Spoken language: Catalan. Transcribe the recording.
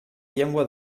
llengua